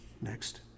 next